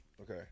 Okay